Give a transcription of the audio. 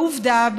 בעובדה,